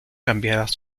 cambiadas